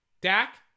Dak